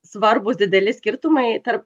svarbūs dideli skirtumai tarp